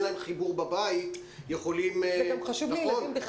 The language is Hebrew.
להם חיבור בבית יכולים לעבוד עם זה.